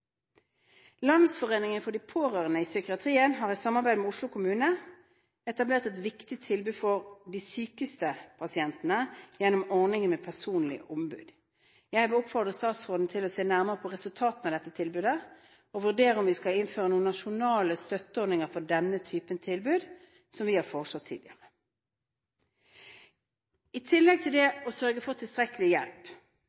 Landsforeningen for Pårørende innen psykiatri har i samarbeid med Oslo kommune etablert et viktig tilbud for de sykeste pasientene gjennom ordningen med personlig ombud. Jeg vil oppfordre statsråden til å se nærmere på resultatene av dette tilbudet og vurdere om vi skal innføre noen nasjonale støtteordninger for denne type tilbud, som vi har foreslått tidligere. I tillegg til